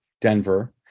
Denver